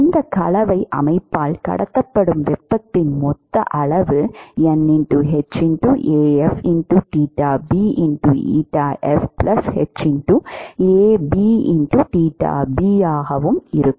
இந்த கலவை அமைப்பால் கடத்தப்படும் வெப்பத்தின் மொத்த அளவு N h Afh Ab ஆகவும் இருக்கும்